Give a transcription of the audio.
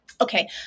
Okay